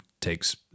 takes